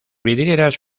vidrieras